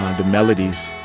the melodies